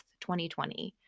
2020